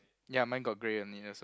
ya mine got grey only also